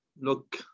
Look